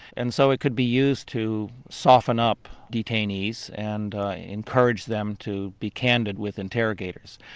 and so it could be used to soften up detainees and encourage them to be candid with interrogators.